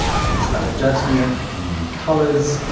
you're gonna start adjusting it, picking new colors,